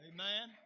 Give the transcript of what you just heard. Amen